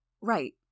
Right